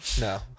no